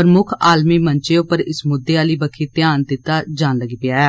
प्रमुक्ख आलमी मंचे उप्पर इस मुद्दे आहली बक्खी ध्यान दित्ता जान लगी पेआ ऐ